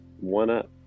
one-up